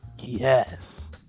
yes